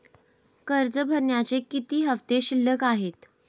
कर्ज भरण्याचे किती हफ्ते शिल्लक आहेत?